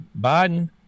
Biden